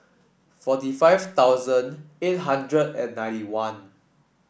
forty five thousand eight hundred and ninety one